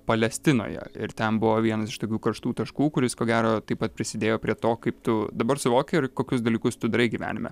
palestinoje ir ten buvo vienas iš tokių karštų taškų kuris ko gero taip pat prisidėjo prie to kaip tu dabar suvoki ir kokius dalykus tu darai gyvenime